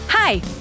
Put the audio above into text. Hi